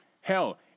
Hell